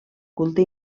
culte